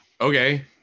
Okay